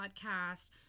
Podcast